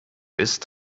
ist